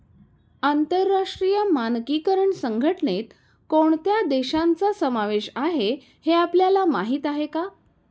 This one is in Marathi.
आंतरराष्ट्रीय मानकीकरण संघटनेत कोणत्या देशांचा समावेश आहे हे आपल्याला माहीत आहे का?